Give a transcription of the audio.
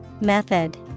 Method